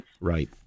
Right